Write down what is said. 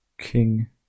king